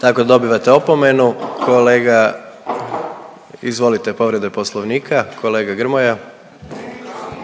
tako da dobivate opomenu. Kolega izvolite povreda Poslovnika, kolega Grmoja.